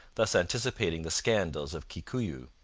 thus anticipating the scandals of kikuyu.